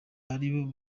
aribo